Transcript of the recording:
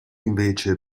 invece